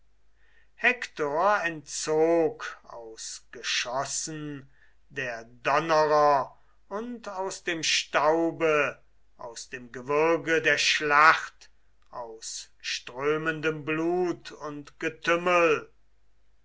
hektor entzog aus geschossen der donnerer und aus dem staube aus dem gewürge der schlacht aus strömendem blut und getümmel